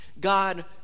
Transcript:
God